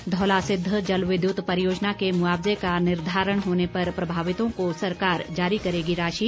धौलासिद्ध जलविद्युत परियोजना के मुआवजे का निर्धारण होने पर प्रभावितों को सरकार जारी करेगी राशि